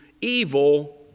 evil